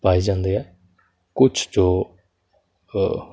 ਪਾਏ ਜਾਂਦੇ ਆ ਕੁਛ ਜੋ